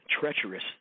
treacherous